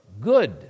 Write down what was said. good